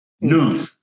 No